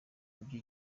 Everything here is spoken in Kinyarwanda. buryo